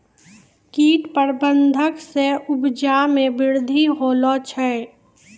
कीट प्रबंधक से उपजा मे वृद्धि होलो छै